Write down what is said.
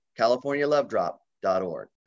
CaliforniaLoveDrop.org